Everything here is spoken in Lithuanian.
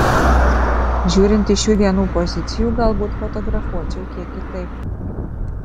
žiūrint iš šių dienų pozicijų galbūt fotografuočiau kiek kitaip